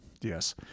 Yes